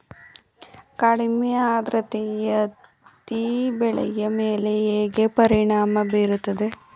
ಕಡಿಮೆ ಆದ್ರತೆಯು ಹತ್ತಿ ಬೆಳೆಯ ಮೇಲೆ ಹೇಗೆ ಪರಿಣಾಮ ಬೀರುತ್ತದೆ?